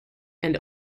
and